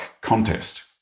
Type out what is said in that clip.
contest